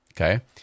okay